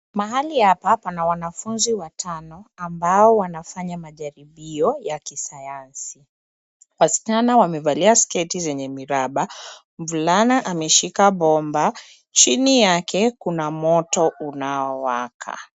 Mahali hapa pana wanafuzi watano amabao wanafanya majaribio ya kisayansi. Wasichana wamevalia sketi zenye miraba. Mvalana ameshika bomba, chini yake kuna moto unao waka.